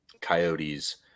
coyotes